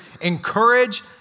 encourage